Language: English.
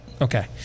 Okay